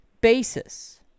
basis